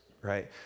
Right